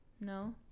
No